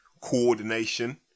coordination